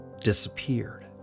disappeared